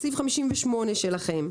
סעיף 58 שלכם,